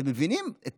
אתם מבינים את